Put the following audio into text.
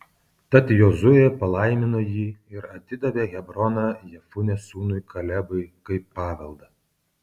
tad jozuė palaimino jį ir atidavė hebroną jefunės sūnui kalebui kaip paveldą